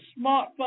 smartphone